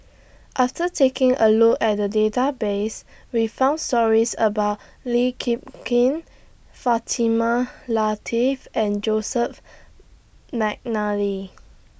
after taking A Look At The Database We found stories about Lee Kip Kim Fatimah Lateef and Joseph Mcnally